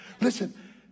listen